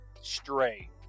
Stray